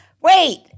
Wait